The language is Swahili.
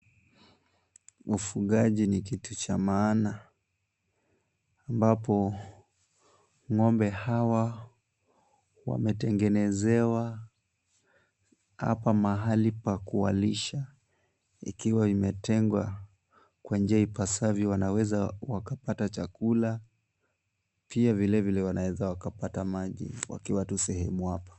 Ufugaji ni kitu cha maana ambapo ng'ombe hawa wametengenezewa hapa mahali pa kuwalisha ikiwa imetengwa kwa njia ipasavyo. Wanaweza wakapata chakula pia vilevile wanaweza wakapata maji wakiwa sehemu wapo.